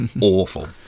awful